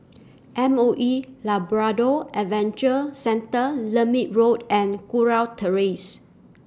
M O E Labrador Adventure Centre Lermit Road and Kurau Terrace